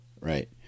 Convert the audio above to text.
right